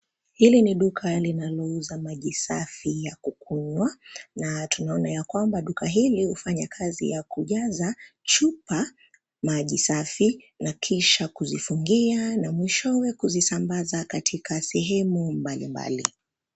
Hili ni duka linalouza maji safi ya kukunywa na tunaona ya kwamba duka hili hufanya kazi ya kujaza chupa maji safi na kisha kuzifungia na mwishowe kuzisambaza katika sehemu mbalimbali.